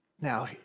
Now